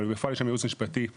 אבל בפועל יש שם ייעוץ משפטי מלא.